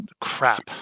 crap